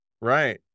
right